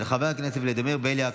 של חבר הכנסת ולדימיר בליאק